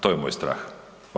To je moj strah.